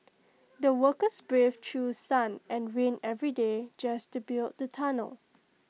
the workers braved through sun and rain every day just to build the tunnel